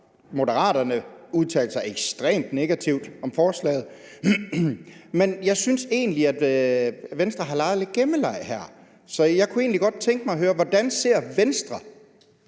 Moderaterne udtale sig ekstremt negativt om forslaget, men jeg synes egentlig, Venstre har leget lidt gemmeleg her. Så jeg kunne egentlig godt tænke mig at høre: Hvordan ser Venstre